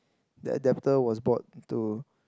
that adapter was bought into